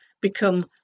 become